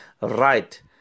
Right